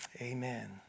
Amen